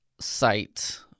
site